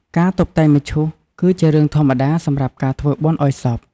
ការតុបតែងមឈូស គឺជារឿងធម្មតាសម្រាប់ការធ្វើបុណ្យឲ្យសព។